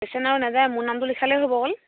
patient আৰু নাযায় মোৰ নামটো লিখালেই হ'ব অকল